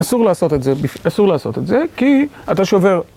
אסור לעשות את זה, אסור לעשות את זה, כי אתה שובר.